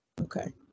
Okay